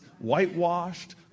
whitewashed